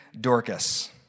Dorcas